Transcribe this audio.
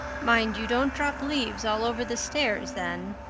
mind you don't drop leaves all over the stairs then.